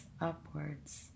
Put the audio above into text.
upwards